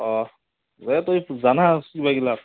অঁ এই তই জানা কিবাগিলাক